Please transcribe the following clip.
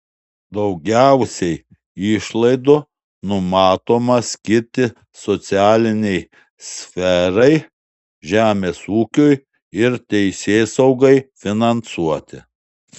daugiausiai išlaidų numatoma skirti socialinei sferai žemės ūkiui ir teisėsaugai finansuoti